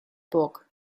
burg